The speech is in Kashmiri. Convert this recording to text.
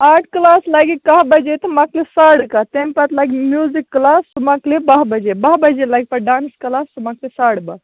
آرٹ کٕلاس لَگہِ کاہ بَجے تہٕ مۅکلہِ ساڑٕ کہہِ تَمہِ پَتہٕ لَگہِ میٛوٗزِک کٕلاس سُہ مۅکلہِ بَہہِ بَجے بَہہِ بَجے لَگہِ پَتہٕ ڈانٕس کٕلاس سُہ مۅکلہِ ساڑٕ بَہہِ